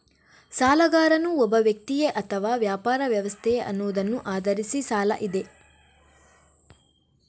ಸಾಲಗಾರನು ಒಬ್ಬ ವ್ಯಕ್ತಿಯೇ ಅಥವಾ ವ್ಯಾಪಾರ ವ್ಯವಸ್ಥೆಯೇ ಅನ್ನುವುದನ್ನ ಆಧರಿಸಿ ಸಾಲ ಇದೆ